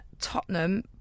Tottenham